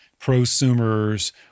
prosumers